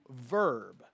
verb